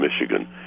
Michigan